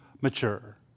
mature